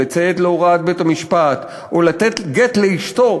לציית להוראת בית-המשפט או לתת גט לאשתו